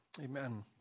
Amen